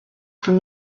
from